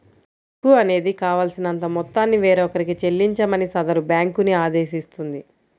చెక్కు అనేది కావాల్సినంత మొత్తాన్ని వేరొకరికి చెల్లించమని సదరు బ్యేంకుని ఆదేశిస్తుంది